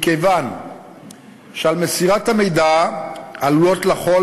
מכיוון שעל מסירת המידע עלולות לחול